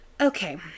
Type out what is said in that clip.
Okay